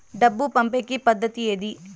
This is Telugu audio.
డబ్బు పంపేకి పద్దతి ఏది